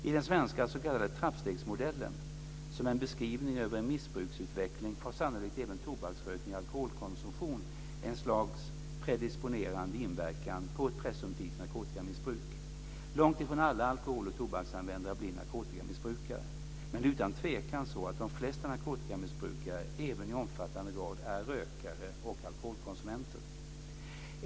I den svenska s.k. trappstegsmodellen som en beskrivning över en missbruksutveckling har sannolikt även tobaksrökning och alkoholkonsumtion en slags predisponerande inverkan på ett presumtivt narkotikamissbruk. Långt ifrån alla alkohol och tobaksanvändare blir narkotikamissbrukare. Men det är utan tvekan så att de flesta narkotikamissbrukare även i omfattande grad är rökare och alkoholkonsumenter.